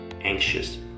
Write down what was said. anxious